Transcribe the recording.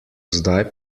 zdaj